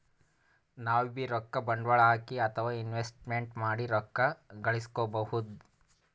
ನಾವ್ಬೀ ರೊಕ್ಕ ಬಂಡ್ವಾಳ್ ಹಾಕಿ ಅಥವಾ ಇನ್ವೆಸ್ಟ್ಮೆಂಟ್ ಮಾಡಿ ರೊಕ್ಕ ಘಳಸ್ಕೊಬಹುದ್